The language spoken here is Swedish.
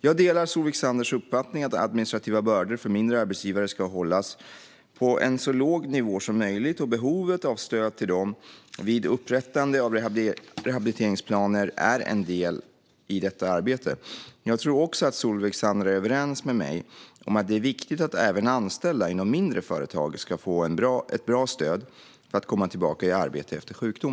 Jag delar Solveig Zanders uppfattning att administrativa bördor för mindre arbetsgivare ska hållas på en så låg nivå som möjligt. Behovet av stöd till dem vid upprättande av rehabiliteringsplaner är en del i detta arbete. Jag tror också att Solveig Zander är överens med mig om att det är viktigt att även anställda inom mindre företag ska få ett bra stöd för att komma tillbaka i arbete efter sjukdom.